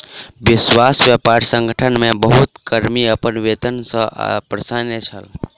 विश्व व्यापार संगठन मे बहुत कर्मी अपन वेतन सॅ अप्रसन्न छल